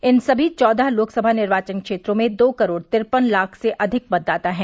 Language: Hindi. इन समी चौदह लोकसभा निर्वाचन क्षेत्रों में दो करोड़ तिरपन लाख से अधिक मतदाता है